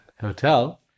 hotel